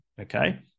okay